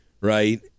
right